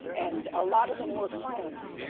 and a lot of them were friends.